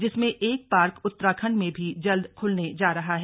जिसमें एक पार्क उत्तराखंड में भी जल्द खुलने जा रहा है